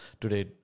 today